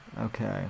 Okay